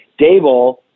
Dable